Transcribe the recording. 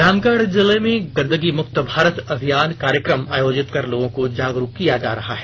रामगढ़ जिले में गंदगी मुक्त भारत अभियान कार्यक्रम आयोजित कर लोगों को जागरूक किया जा रहा है